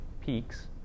peaks